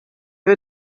wir